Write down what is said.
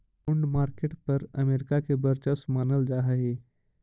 bond market पर America के वर्चस्व मानल जा हइ